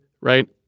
right